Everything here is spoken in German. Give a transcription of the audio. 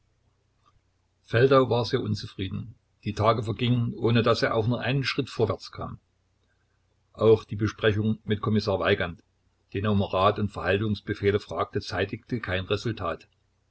feldau war sehr unzufrieden die tage vergingen ohne daß er auch nur einen schritt vorwärts kam auch die besprechung mit kommissar weigand den er um rat und verhaltungsbefehle fragte zeitigte kein resultat